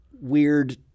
weird